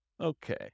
Okay